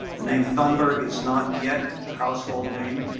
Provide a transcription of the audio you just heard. the name thunberg is not yet a household name,